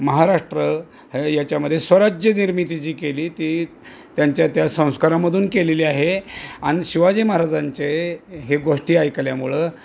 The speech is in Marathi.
महाराष्ट्र याच्यामध्ये स्वराज्य निर्मिती जी केली ती त्यांच्या त्या संस्कारामधून केलेली आहे आणि शिवाजी महाराजांचे हे गोष्टी ऐकल्यामुळं